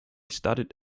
studied